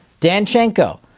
Danchenko